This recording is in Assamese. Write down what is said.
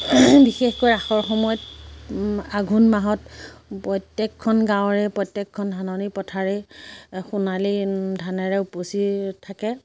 বিশেষকৈ আখৰা সময়ত আঘোণ মাহত প্ৰত্যেকখন গাঁৱৰে প্ৰত্যেকখন ধাননি পথাৰেই সোণালী ধানেৰে উপচি থাকে